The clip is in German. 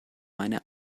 meine